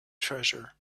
treasure